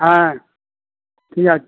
হ্যাঁ ঠিক আছে